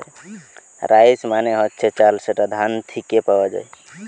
rice মানে হচ্ছে চাল যেটা ধান থিকে পাওয়া যায়